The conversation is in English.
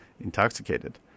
intoxicated